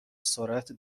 سرعت